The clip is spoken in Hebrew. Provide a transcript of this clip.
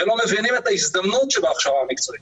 והם לא מבינים את ההזדמנות שבהכשרה המקצועית.